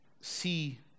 see